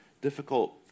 difficult